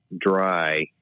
dry